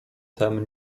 tem